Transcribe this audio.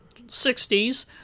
60s